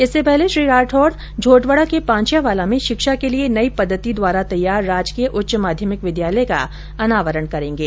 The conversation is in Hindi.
इससे पहले श्री राठौड झोटवाड़ा के पांच्यावाला में शिक्षा के लिए नई पद्धति द्वारा तैयार राजकीय उच्च माध्यमिक विद्यालय का अनावरण करेंगे